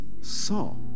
saw